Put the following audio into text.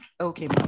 Okay